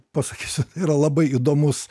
pasakysiu yra labai įdomus